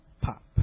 pop